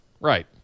Right